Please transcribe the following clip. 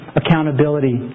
accountability